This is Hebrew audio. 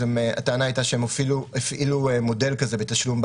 הטענה הייתה שהם אפילו הפעילו מודל כזה בעבר בתשלום,